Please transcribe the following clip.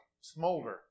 smolder